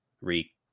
re